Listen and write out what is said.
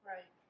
Right